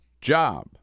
job